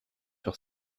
sur